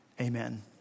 Amen